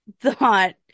thought